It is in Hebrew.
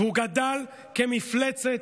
והוא גדל כמפלצת,